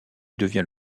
devient